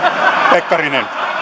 pekkarinen